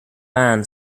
man